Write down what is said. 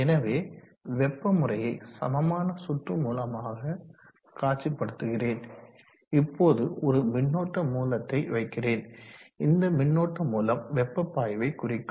எனவே வெப்ப முறையை சமமான சுற்று மூலமாக காட்சி படுத்துகிறேன் இப்போது ஒரு மின்னோட்ட மூலத்தை வைக்கிறேன் இந்த மின்னோட்ட மூலம் வெப்ப பாய்வை குறிக்கும்